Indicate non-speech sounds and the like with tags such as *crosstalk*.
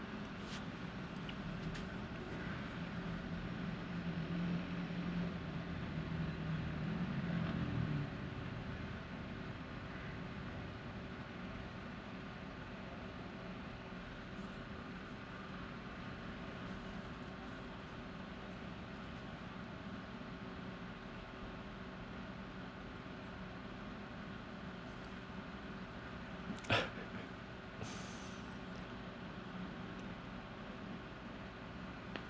*laughs*